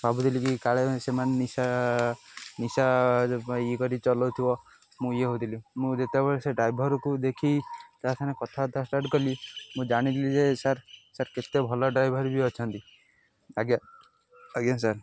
ଭାବୁଥିଲି ବି କାଳେ ସେମାନେ ନିଶା ନିଶା ଇଏ କରି ଚଲଉଥିବ ମୁଁ ଇଏ ହେଉଥିଲି ମୁଁ ଯେତେବେଳେ ସେ ଡ୍ରାଇଭର୍କୁ ଦେଖି ତା ସାମାନେ କଥାବାର୍ତ୍ତା ଷ୍ଟାର୍ଟ କଲି ମୁଁ ଜାଣିଲି ଯେ ସାର୍ ସାର୍ କେତେ ଭଲ ଡ୍ରାଇଭର୍ ବି ଅଛନ୍ତି ଆଜ୍ଞା ଆଜ୍ଞା ସାର୍